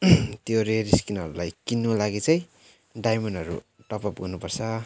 त्यो रेअर स्किनहरूलाई किन्नु लागि चाहिँ डायमन्डहरू टप अप गर्नु पर्छ